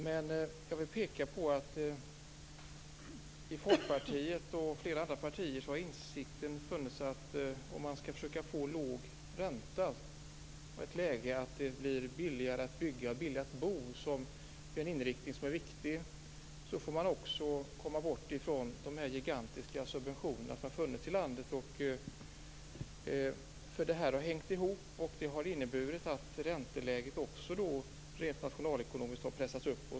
Jag vill peka på att i Folkpartiet och i flera andra partier har insikten funnits att om man skall försöka få låg ränta och ett läge där det blir billigare att bygga och billigare att bo - det är ju en inriktning som är viktig - måste man också komma bort från de gigantiska subventioner som har funnits i landet. Detta har hängt ihop, och det har inneburit att ränteläget har pressats uppåt rent nationalekonomiskt.